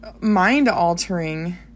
mind-altering